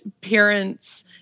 parents